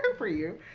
um for you.